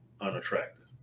unattractive